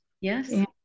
Yes